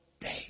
day